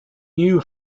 knew